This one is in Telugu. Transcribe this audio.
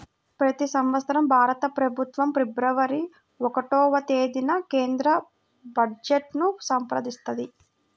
ప్రతి సంవత్సరం భారత ప్రభుత్వం ఫిబ్రవరి ఒకటవ తేదీన కేంద్ర బడ్జెట్ను సమర్పిస్తది